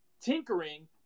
tinkering